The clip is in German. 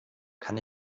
kann